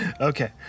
Okay